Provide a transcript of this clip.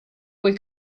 quel